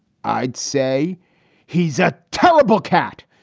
i'd say he's a terrible cat,